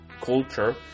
culture